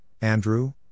Andrew